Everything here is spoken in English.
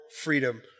freedom